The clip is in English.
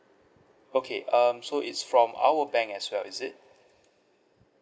okay um so it's from our bank as well is it